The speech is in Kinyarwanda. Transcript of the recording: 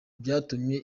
byatumye